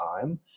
time